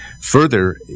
further